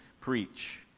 preach